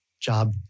job